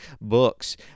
books